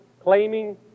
claiming